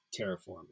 terraform